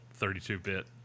32-bit